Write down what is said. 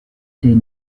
des